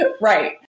right